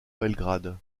belgrade